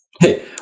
Hey